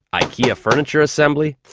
ikea furniture assembly,